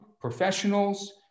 professionals